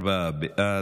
ארבעה בעד,